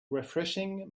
refreshing